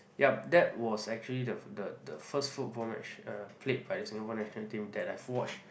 yup that was actually the the the first football match uh played by the Singapore national team that I've watched